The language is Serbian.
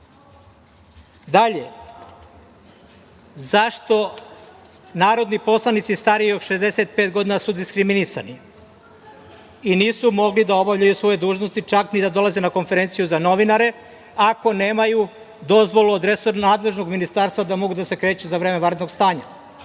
zašto narodni poslanici stariji od 65 godina su diskriminisani i nisu mogli da obavljaju svoje dužnosti, čak ni da dolaze na konferenciju za novinare, ako nemaju dozvolu od resornog nadležnog ministarstva da mogu da se kreću za vreme vanrednog stanja?